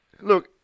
look